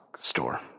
store